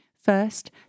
First